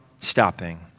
stopping